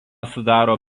sudaro